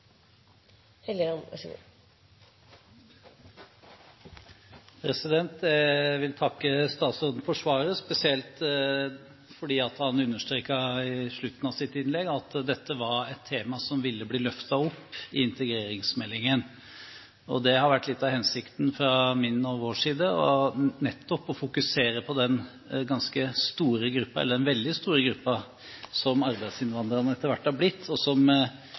Jeg vil takke statsråden for svaret, spesielt fordi han i slutten av sitt innlegg understreket at dette var et tema som ville bli løftet opp i integreringsmeldingen. Litt av hensikten fra vår side har nettopp vært å fokusere på den veldig store gruppen som arbeidsinnvandrerne etter hvert har blitt, og som